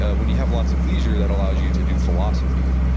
ah when you have lots of leisure that allows you to do philosophy,